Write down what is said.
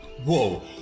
Whoa